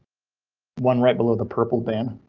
one right below the purple band.